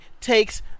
takes